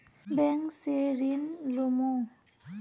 Bank से ऋण लुमू?